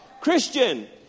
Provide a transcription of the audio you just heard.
Christian